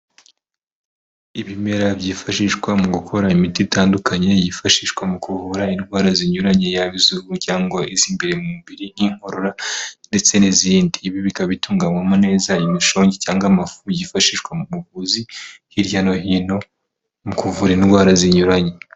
Ibimera byifashishwa mu gukora imiti itandukanye yifashishwa mu kuvura indwara zinyuranye yaba iz'uruhu cyangwa iz'imbere mu mubiri nk'inkorora ndetse n'izindi. Ibi bikaba itunganywamo neza imishongi cyangwa amafu yifashishwa mu muvuzi hirya no hino mu kuvura indwara zinyuranye.